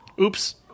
Oops